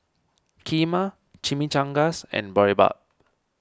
Kheema Chimichangas and Boribap